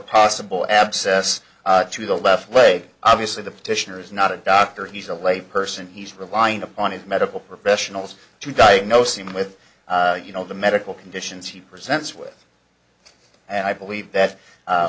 possible abscess to the left leg obviously the petitioner is not a doctor he's a layperson he's relying upon his medical professionals to diagnose him with you know the medical conditions he presents with and i believe that